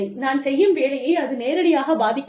நான் செய்யும் வேலையை அது நேரடியாகப் பாதிக்காது